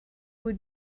would